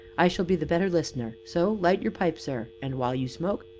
i shall be the better listener, so light your pipe, sir, and, while you smoke,